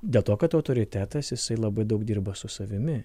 dėl to kad autoritetas jisai labai daug dirba su savimi